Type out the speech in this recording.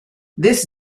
this